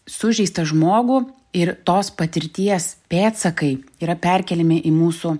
sužeistą žmogų ir tos patirties pėdsakai yra perkeliami į mūsų